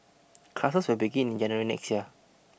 classes will begin in January next year